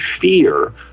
fear